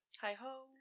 hi-ho